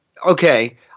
Okay